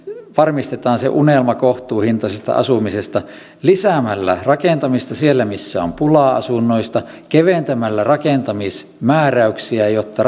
varmistetaan se unelma kohtuuhintaisesta asumisesta lisäämällä rakentamista siellä missä on pulaa asunnoista keventämällä rakentamismääräyksiä jotta